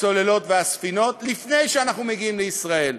הצוללות והספינות, לפני שאנחנו מגיעים לישראל.